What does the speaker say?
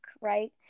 right